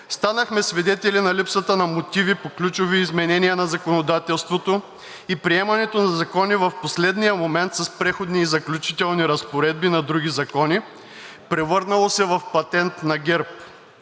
Станахме свидетели на липсата на мотиви по ключови изменения на законодателството и приемането на закони в последния момент с преходни и заключителни разпоредби на други закони, превърнало се в патент на ГЕРБ.